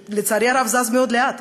שלצערי הרב זז מאוד לאט?